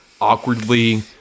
awkwardly